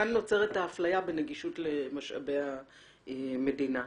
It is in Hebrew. כאן נוצרת ההפליה בנגישות למשאבי המדינה.